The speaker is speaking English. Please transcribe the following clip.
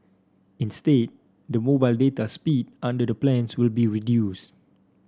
instead the mobile data speed under the plans will be reduced